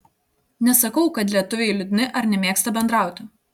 nesakau kad lietuviai liūdni ar nemėgsta bendrauti